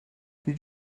nid